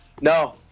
No